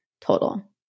total